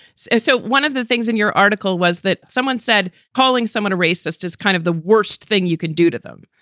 so so one of the things in your article was that someone said calling someone a racist is kind of the worst thing you can do to them.